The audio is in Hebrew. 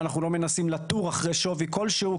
ואנחנו לא מנסים לתור עכשיו שווי כלשהו,